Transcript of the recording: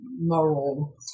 moral